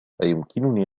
أيمكنني